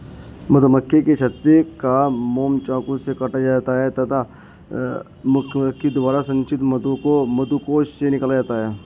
मधुमक्खियों के छत्ते का मोम चाकू से काटा जाता है तथा मधुमक्खी द्वारा संचित मधु को मधुकोश से निकाला जाता है